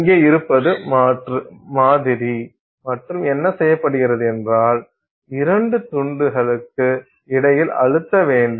இங்கே இருப்பது மாதிரி மற்றும் என்ன செய்யப்படுகிறது என்றால் இரண்டு துண்டுகளுக்கு இடையில் அழுத்தவேண்டும்